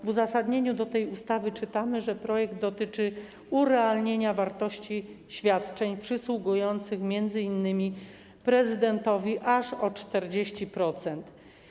W uzasadnieniu tej ustawy czytamy, że projekt dotyczy urealnienia wartości świadczeń przysługujących m.in. prezydentowi, chodzi aż o 40%.